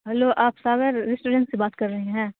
hello آپ Sagar restaurant سے بات کر رہے ہیں